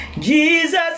Jesus